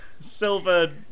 silver